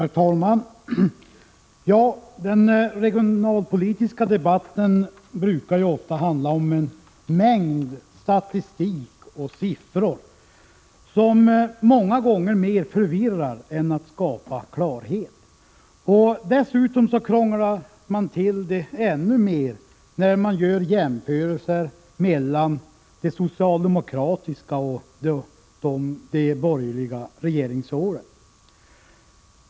Herr talman! Den regionalpolitiska debatten brukar handla om en mängd statistik och siffror, som många gånger mer förvirrar än skapar klarhet. Dessutom krånglar man till det ännu mer när man gör jämförelser mellan de socialdemokratiska och de borgerliga regeringsåren.